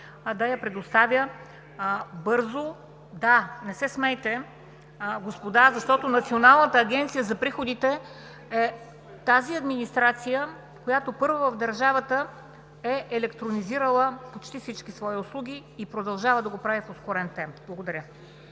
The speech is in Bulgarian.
да я предоставя бързо… Да, не се смейте господа, защото Националната агенция за приходите е тази администрация, която първа в държавата е електронизирала почти всички свои услуги и продължава да го прави в ускорен темп. Благодаря.